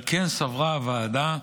על כן סברה הוועדה,